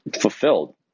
fulfilled